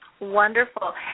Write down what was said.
Wonderful